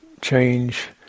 change